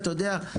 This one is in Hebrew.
אתה יודע,